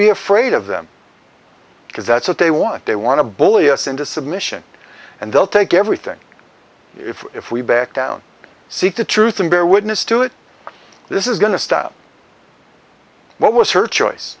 be afraid of them because that's what they want they want to bully us into submission and they'll take everything if we back down seek the truth and bear witness to it this is going to stop what was her choice